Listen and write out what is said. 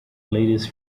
ladies